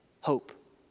hope